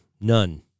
none